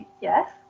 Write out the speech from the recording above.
Yes